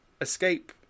escape